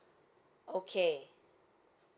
okay